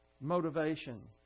motivation